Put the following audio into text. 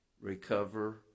recover